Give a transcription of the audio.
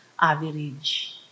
average